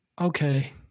Okay